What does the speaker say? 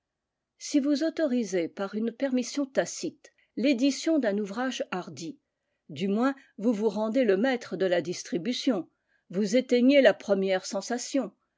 si vous autorisez par une permission tacite l'édition d'un ouvrage hardi du moins vous vous rendez le maître de la distribution vous éteignez la première sensation